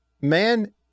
Man